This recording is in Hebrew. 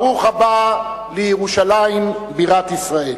ברוך הבא לירושלים, בירת ישראל.